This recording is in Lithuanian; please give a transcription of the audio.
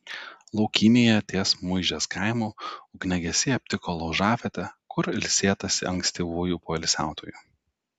laukymėje ties muižės kaimu ugniagesiai aptiko laužavietę kur ilsėtasi ankstyvųjų poilsiautojų